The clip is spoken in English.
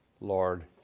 Lord